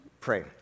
pray